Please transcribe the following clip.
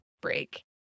break